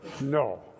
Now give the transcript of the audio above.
No